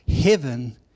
heaven